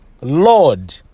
lord